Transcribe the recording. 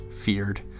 feared